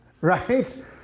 Right